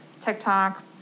TikTok